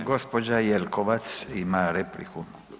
Da, gospođa Jelkovac ima repliku.